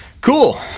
Cool